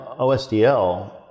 OSDL